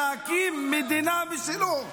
להקים מדינה משלו.